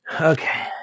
Okay